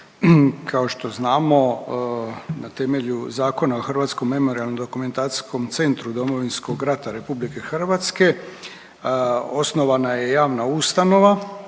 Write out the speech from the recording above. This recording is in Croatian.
kao što znamo na temelju Zakona o Hrvatskom memorijalno-dokumentacijskom centru Domovinskog rata RH osnovana je javna ustanova